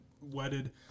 wedded